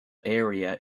area